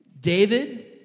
David